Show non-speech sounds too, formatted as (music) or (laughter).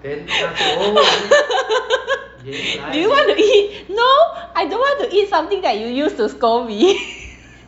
(laughs) do you want to eat no I don't want to eat something that you use to scold me